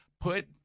put